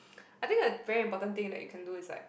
I think a very important thing that you can do is like